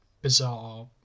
bizarre